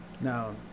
Now